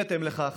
בהתאם לכך,